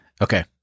Okay